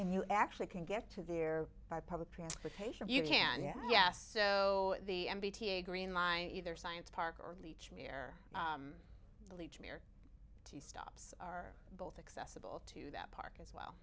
and you actually can get to the air by public transportation you can yes yes so the m b t a green line either science park or beach near leech near two stops are both accessible to that park as well